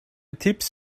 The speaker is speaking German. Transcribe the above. tipps